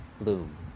Bloom